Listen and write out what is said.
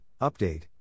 update